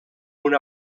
una